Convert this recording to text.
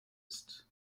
ist